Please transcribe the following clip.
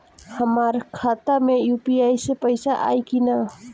हमारा खाता मे यू.पी.आई से पईसा आई कि ना?